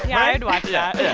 i'd watch yeah yeah